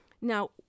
Now